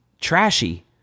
Trashy